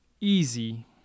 easy